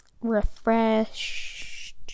Refreshed